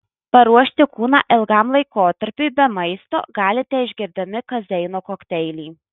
paruošti kūną ilgam laikotarpiui be maisto galite išgerdami kazeino kokteilį